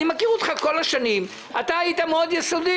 אני מכיר אותך כל השנים, אתה היית מאוד יסודי.